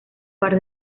par